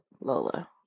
Lola